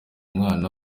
mwana